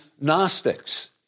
Gnostics